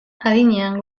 adinean